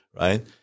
right